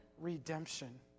Redemption